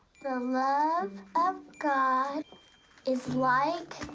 the love of god is like